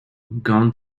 gone